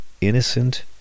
innocent